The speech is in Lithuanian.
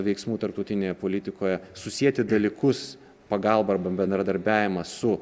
veiksmų tarptautinėje politikoje susieti dalykus pagalbą arba bendradarbiavimą su